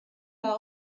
war